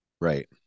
right